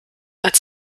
als